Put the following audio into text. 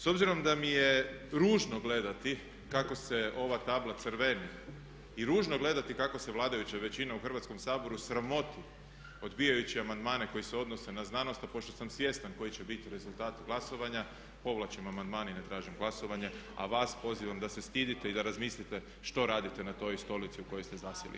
S obzirom da mi je ružno gledati kako se ova tabla crveni i ružno gledati kako se vladajuća većina u Hrvatskom saboru sramoti odbijajući amandmane koji se odnose na znanost, a pošto sam svjestan koji će biti rezultati glasovanja povlačim amandman i ne tražim glasovanje, a vas pozivam da se stidite i da razmislite što radite na toj stolici u koju ste zasjeli.